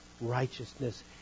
righteousness